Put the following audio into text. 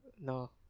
No